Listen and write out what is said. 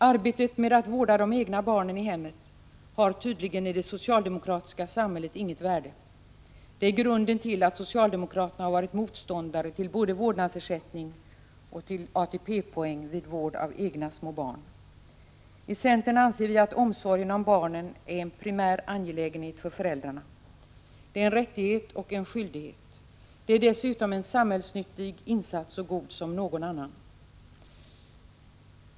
Arbetet med att vårda de egna barnen i hemmet har tydligen i det socialdemokratiska samhället inget värde. Det är grunden till att socialdemokraterna har varit motståndare både till vårdnadsersättning och till ATP poäng vid vård av egna små barn. I centern anser vi att omsorgen om barnen är en primär angelägenhet för föräldrarna. Det är en rättighet och en skyldighet. Det är dessutom en samhällsnyttig insats så god som någon annan.